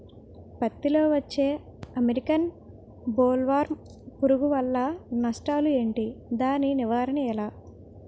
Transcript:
పత్తి లో వచ్చే అమెరికన్ బోల్వర్మ్ పురుగు వల్ల నష్టాలు ఏంటి? దాని నివారణ ఎలా?